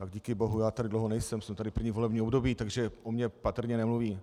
Tak díky bohu, já tady dlouho nejsem, jsem tady první volební období, takže o mně patrně nemluví.